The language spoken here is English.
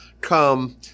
Come